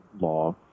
law